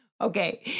Okay